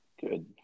Good